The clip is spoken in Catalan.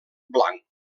blanc